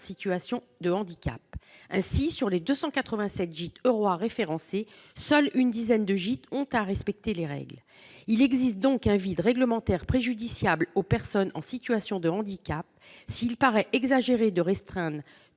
situation de handicap. Ainsi, sur les 287 gîtes eurois référencés, une dizaine de gîtes seulement ont à respecter les règles. Il existe donc un vide réglementaire, préjudiciable aux personnes en situation de handicap. S'il paraît exagéré de restreindre